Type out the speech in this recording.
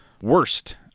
worst